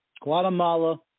Guatemala